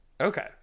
Okay